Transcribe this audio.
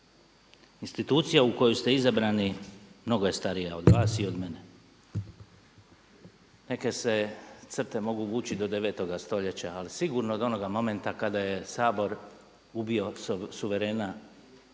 Institucija u koju ste izabrani mnogo je starija od vas i od mene. Neke se crte mogu vući do 9 stoljeća, ali sigurno od onoga momenta kada je Sabor ubio suverena